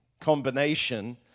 combination